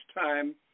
time